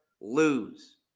lose